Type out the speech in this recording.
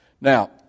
Now